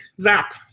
zap